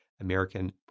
American